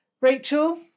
Rachel